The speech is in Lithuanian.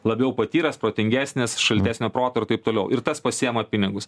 labiau patyręs protingesnis šaltesnio proto ir taip toliau ir tas pasiema pinigus